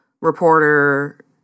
Reporter